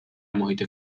محیط